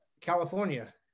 california